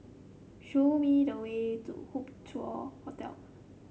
show me the way to Hup Chow Hotel